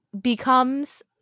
becomes